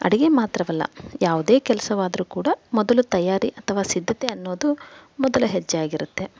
ಅಡಿಗೆ ಮಾತ್ರವಲ್ಲ ಯಾವುದೇ ಕೆಲಸವಾದರೂ ಕೂಡ ಮೊದಲು ತಯಾರಿ ಅಥವಾ ಸಿದ್ಧತೆ ಅನ್ನೋದು ಮೊದಲ ಹೆಜ್ಜೆಯಾಗಿರುತ್ತೆ